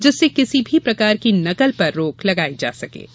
जिससे किसी भी प्रकार की नकल पर रोक लगाई जा सकेगी